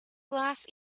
glass